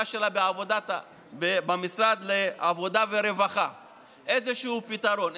שלה במשרד העבודה והרווחה איזשהו פתרון,